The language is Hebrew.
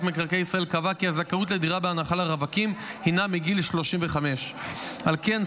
מקרקעי ישראל כי הזכאות לדירה בהנחה לרווקים הינה מגיל 35. על כן,